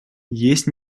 есть